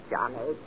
Johnny